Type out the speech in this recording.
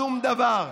שום דבר.